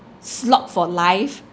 slog for life